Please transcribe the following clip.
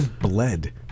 bled